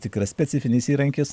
tikras specifinis įrankis